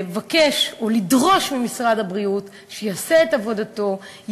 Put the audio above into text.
אנחנו חייבים לבקש או לדרוש ממשרד הבריאות שיעשה את עבודתו,